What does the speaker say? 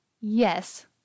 Yes